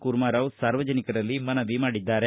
ಕೂರ್ಮಾರಾವ್ ಸಾರ್ವಜನಿಕರಲ್ಲಿ ಮನವಿ ಮಾಡಿದ್ದಾರೆ